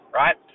right